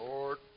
Lord